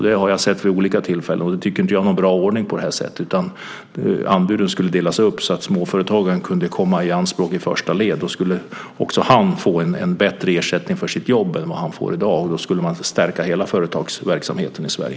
Det har jag sett vid olika tillfällen, och jag tycker inte att det är någon bra ordning. Anbuden borde delas upp så att småföretagen kunde tas i anspråk i första led. Då skulle han eller hon få en bättre ersättning för sitt jobb än i dag. Då skulle man också stärka hela företagsverksamheten i Sverige.